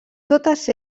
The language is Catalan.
totes